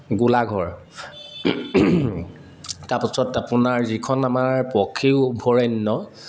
গোলাঘৰ তাৰপাছত আপোনাৰ যিখন আমাৰ পক্ষী অভয়াৰণ্য